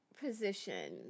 position